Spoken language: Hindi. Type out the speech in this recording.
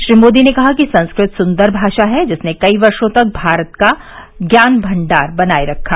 श्री मोदी ने कहा कि संस्कृत सुन्दर भाषा है जिसने कई वर्षो तक भारत का ज्ञान भंडार बनाए रखा